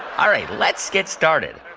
all right, let's get started.